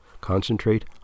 Concentrate